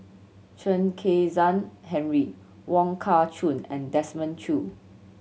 Chen Kezhan Henri Wong Kah Chun and Desmond Choo